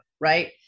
right